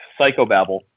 psychobabble